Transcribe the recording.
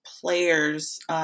players